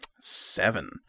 Seven